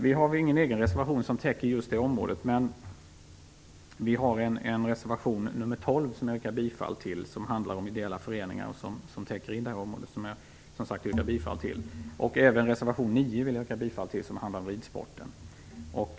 Vi har ingen egen reservation som täcker just det området, men vi har en reservation nr 12 som jag yrkar bifall till. Den handlar om ideella föreningar och täcker in detta område. Jag vill även yrka bifall till reservation 9. Den handlar om ridsporten.